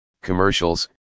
commercials